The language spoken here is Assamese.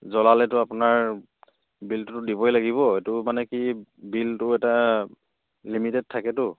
জ্বলালেটো আপোনাৰ বিলটোতো দিবই লাগিব এইটো মানে কি বিলটো এটা লিমিটেড থাকেতো